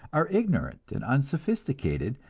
are ignorant and unsophisticated,